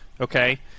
okay